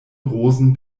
rosen